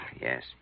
Yes